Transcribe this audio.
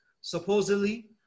supposedly